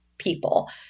People